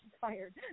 fired